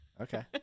Okay